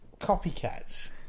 copycats